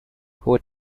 hohe